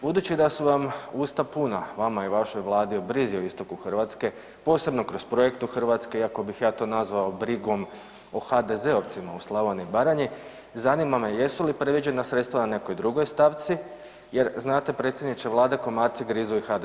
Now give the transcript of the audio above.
Budući da su vam usta puna, vama i vašoj vladi o brizi o istoku Hrvatsku, posebno kroz projekt Hrvatske iako bih ja to nazvao brigom o HDZ-ovcima u Slavoniji i Baranji, zanima me jesu li predviđena sredstva u nekoj drugoj stavci jer znate, predsjedniče vlade, komarci grizu i HDZ-ovce.